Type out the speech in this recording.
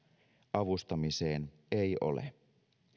avustamiseen ei ole